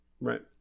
Right